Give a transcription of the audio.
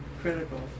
critical